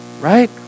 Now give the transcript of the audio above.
right